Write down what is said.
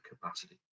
capacity